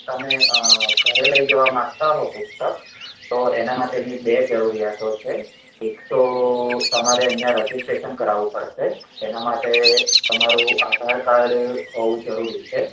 તમે ઘરે લઈ જવા માંગતા હો તો પુસ્તક તો એના માટેની બે જરૂરિયાતો છે એક તો તમારે અહીં રજિસ્ટરેસન કરાવવું પડશે એના માટે તમારું આધાર કાર્ડ હોવું જરૂરી છે